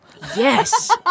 Yes